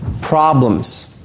problems